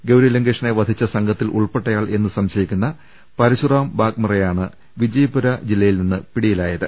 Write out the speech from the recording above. ഗൌരി ലങ്കേഷിനെ വധിച്ച സംഘത്തിലുൾപ്പെട്ടയാൾ എന്ന് സംശ യിക്കുന്ന പരശുറാം വാഗ്മറെയാണ് വിജയ്പുര ജില്ലയിൽ നിന്ന് പിടിയി ലായത്